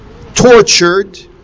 tortured